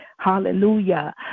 Hallelujah